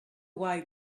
why